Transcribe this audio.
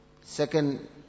Second